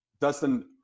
Dustin